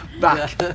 back